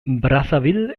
brazzaville